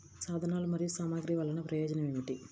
సాధనాలు మరియు సామగ్రి వల్లన ప్రయోజనం ఏమిటీ?